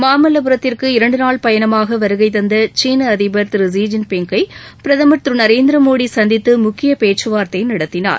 மாமல்லபுரத்திற்கு இரண்டு நாள் பயணமாக வருகைதந்த சீன அதிபர் திரு ஜி ஜின்பிங்கை பிரதம் திரு நரேந்திரமோடி சந்தித்து முக்கிய பேச்சுவார்த்தை நடத்தினார்